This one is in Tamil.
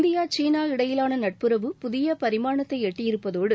இந்தியா சீனா இடையிலான நட்புறவு புதிய பரிமாணத்தை எட்டியிருப்பதோடு